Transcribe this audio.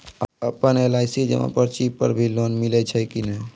आपन एल.आई.सी जमा पर्ची पर भी लोन मिलै छै कि नै?